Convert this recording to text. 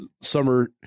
summer